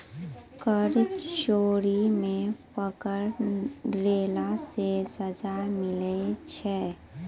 कर चोरी मे पकड़ैला से सजा मिलै छै